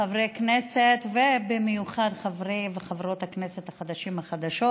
חברי כנסת ובמיוחד חברי וחברות הכנסת החדשים והחדשות,